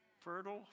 Fertile